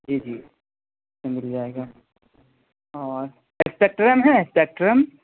جی جی مل جائے گا اور ایسپکٹرم ہے ایسپکٹرم